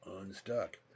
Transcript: unstuck